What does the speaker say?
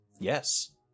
Yes